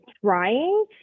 trying